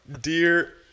Dear